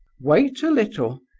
wait a little,